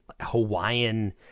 hawaiian